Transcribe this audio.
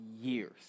years